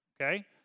okay